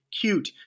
cute